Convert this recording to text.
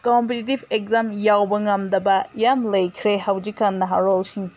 competitive exam ꯌꯥꯎꯕ ꯉꯝꯗꯕ ꯌꯥꯝ ꯂꯩꯈ꯭ꯔꯦ ꯍꯧꯖꯤꯛꯀꯥꯟ ꯅꯍꯥꯔꯣꯜꯁꯤꯡ